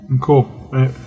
Cool